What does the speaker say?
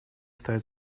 стоит